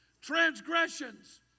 transgressions